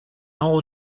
all